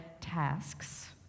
tasks